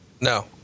No